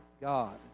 God